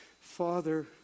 Father